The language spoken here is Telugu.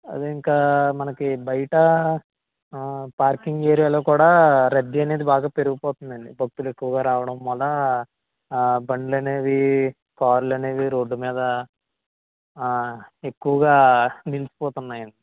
అది ఇంకా మనకి బయట పార్కింగ్ ఏరియాలో కూడా రద్దీ అనేది బాగా పెరిగిపోతుంది అండి భక్తులు ఎక్కువగా రావడం మూలా ఆ బండ్లు అనేవి కార్లు అనేవి రోడ్డు మీద ఎక్కువగా నిలిచిపోతున్నాయి అండి